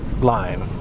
line